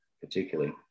Particularly